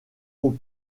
aux